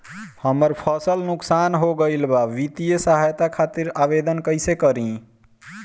हमार फसल नुकसान हो गईल बा वित्तिय सहायता खातिर आवेदन कइसे करी?